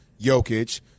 Jokic